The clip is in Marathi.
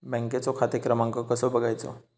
बँकेचो खाते क्रमांक कसो बगायचो?